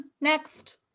Next